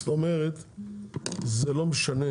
זאת אומרת זה לא משנה,